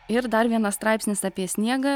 ir dar vienas straipsnis apie sniegą